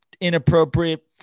inappropriate